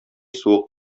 суык